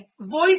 Voice